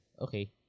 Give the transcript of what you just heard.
okay